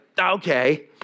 okay